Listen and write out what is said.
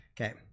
Okay